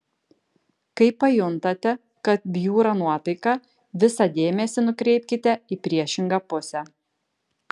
kai pajuntate kad bjūra nuotaika visą dėmesį nukreipkite į priešingą pusę